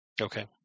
Okay